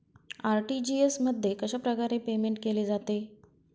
RTGS मध्ये कशाप्रकारे payment केले जाते?